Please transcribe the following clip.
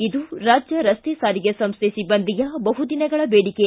ಇದು ರಾಜ್ಜ ರಸ್ತೆ ಸಾರಿಗೆ ಸಂಸ್ಥೆ ಸಿಬ್ಬಂದಿಯ ಬಹು ದಿನಗಳ ದೇಡಿಕೆ